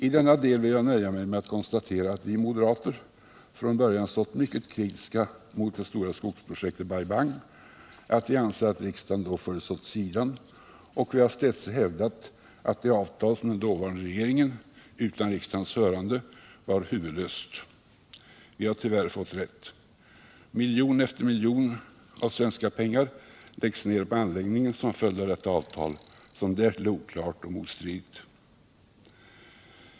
I denna del vill jag nöja mig med att konstatera att vi moderater från början stått mycket kritiska mot det stora skogsprojektet Bai Bang, att vi anser att riksdagen då fördes åt sidan och att vi städse har hävdat att det avtal som den dåvarande regeringen utan riksdagens hörande tecknade var huvudlöst. Vi har tyvärr fått rätt. Miljon efter miljon av svenska pengar läggs ned på anläggningen som följd av detta avtal, som därtill är oklart och motstridigt.